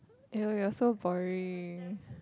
ill you are so boring